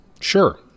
sure